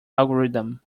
algorithm